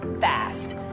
fast